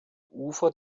ufer